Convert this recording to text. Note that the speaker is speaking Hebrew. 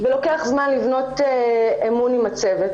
למרות הצרכים.